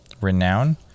Renown